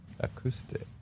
acoustic